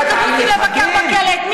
למדינת ישראל.